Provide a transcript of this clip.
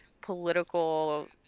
political